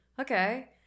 okay